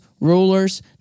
rulers